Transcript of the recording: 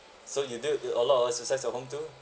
so you do a lot of exercise at home too